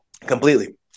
Completely